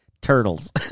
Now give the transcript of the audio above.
Turtles